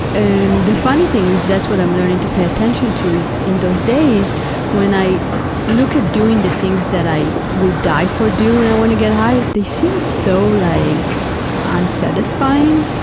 and the funny thing is that's what i'm learning to pay attention to, is in those days when i look at doing the things that i will die for do when i want to get high, they seem so like unsatisfying,